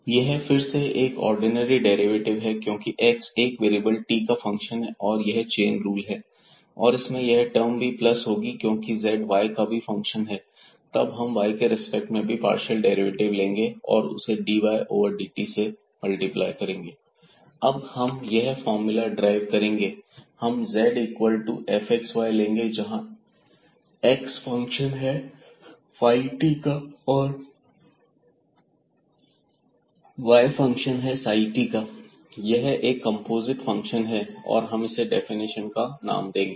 यह फिर से एक ऑर्डिनरी डेरिवेटिव है क्योंकि x 1 वेरिएबल t का फंक्शन है और यह चेन रूल है और इसमें यह टर्म भी प्लस होगी क्योंकि z y का भी फंक्शन है तब हम y के रेस्पेक्ट में भी पार्शियल डेरिवेटिव लेंगे और उसे dy ओवर dt से मल्टिप्लाई करेंगे अब हम यह फार्मूला ड्राइव करेंगे हम z is equal to fxy लेंगे जहाँ x फंक्शन है फाई t का और y फंक्शन है साई t का यह एक कंपोजिट फंक्शन है और हम इसे डेफिनेशन का नाम देंगे